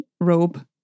robe